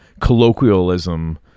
colloquialism